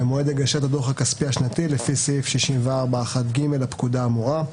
במועד הגשת הדוח הכספי השנתי לפי סעיף 64(1)(ג) לפקודה האמורה,